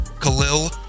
Khalil